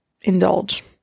indulge